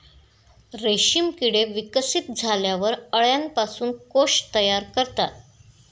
रेशीम किडे विकसित झाल्यावर अळ्यांपासून कोश तयार करतात